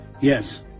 Yes